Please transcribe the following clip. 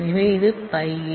எனவே இது ΠA C